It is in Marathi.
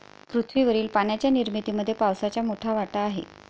पृथ्वीवरील पाण्याच्या निर्मितीमध्ये पावसाचा मोठा वाटा आहे